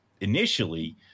initially